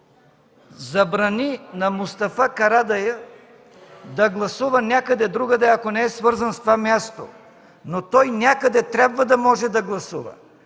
забрани на Мустафа Карадайъ да гласува някъде другаде, ако не е свързан с това място, но той някъде трябва да може да гласува.